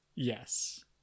Yes